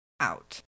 out